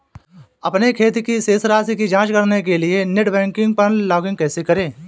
अपने खाते की शेष राशि की जांच करने के लिए नेट बैंकिंग पर लॉगइन कैसे करें?